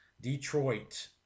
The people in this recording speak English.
Detroit